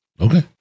Okay